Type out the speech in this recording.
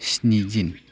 स्नि दिन